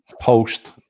post